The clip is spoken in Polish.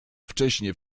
wcześnie